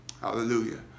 Hallelujah